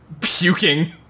puking